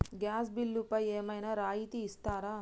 Gas బిల్లుపై ఏమైనా రాయితీ ఇస్తారా?